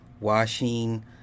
washing